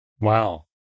Wow